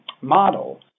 model